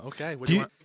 Okay